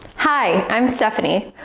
hi, i'm stephanie.